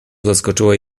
zaskoczyła